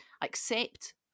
accept